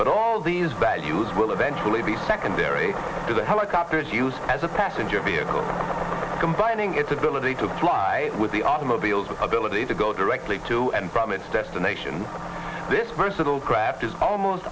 but all these values will eventually be secondary to the helicopters used as a passenger vehicle combining its ability to fly with the automobiles with the ability to go directly to and from its destination this versatile